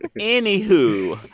and anyhoo,